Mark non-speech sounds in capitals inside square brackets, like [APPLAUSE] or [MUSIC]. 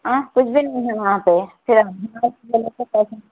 آں کچھ بھی نہیں ہے وہاں پہ صرف [UNINTELLIGIBLE]